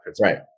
Right